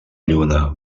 lluna